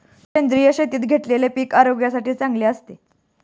सेंद्रिय शेतीत घेतलेले पीक आरोग्यासाठी चांगले असते